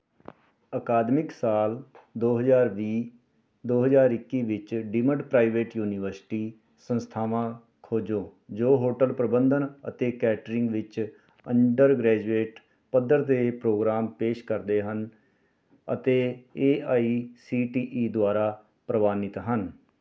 ਅਕਾਦਮਿਕ ਸਾਲ ਦੋ ਹਜ਼ਾਰ ਵੀਹ ਦੋ ਹਜ਼ਾਰ ਇੱਕੀ ਵਿੱਚ ਡੀਮਡ ਪ੍ਰਾਈਵੇਟ ਯੂਨੀਵਰਸਿਟੀ ਸੰਸਥਾਵਾਂ ਖੋਜੋ ਜੋ ਹੋਟਲ ਪ੍ਰਬੰਧਨ ਅਤੇ ਕੇਟਰਿੰਗ ਵਿੱਚ ਅੰਡਰ ਗ੍ਰੈਜੂਏਟ ਪੱਧਰ ਦੇ ਪ੍ਰੋਗਰਾਮ ਪੇਸ਼ ਕਰਦੇ ਹਨ ਅਤੇ A I C T E ਦੁਆਰਾ ਪ੍ਰਵਾਨਿਤ ਹਨ